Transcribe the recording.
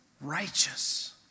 righteous